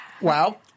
Wow